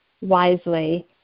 wisely